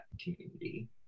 community